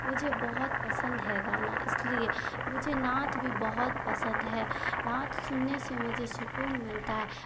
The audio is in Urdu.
مجھے بہت پسند ہے گانا اس لیے مجھے نعت بھی بہت پسند ہے نعت سننے سے مجھے سکون ملتا ہے